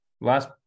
Last